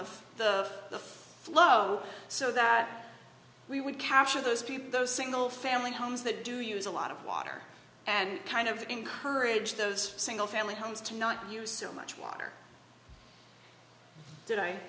on the the flow so that we would capture those people those single family homes that do use a lot of water and kind of encourage those single family homes to not use so much water t